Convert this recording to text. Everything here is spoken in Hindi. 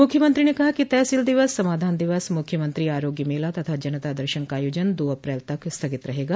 मुख्यमंत्री ने कहा कि तहसील दिवस समाधान दिवस मूख्यमंत्री आरोग्य मेला तथा जनता दर्शन का आयोजन दो अप्रैल तक स्थगित रहेगा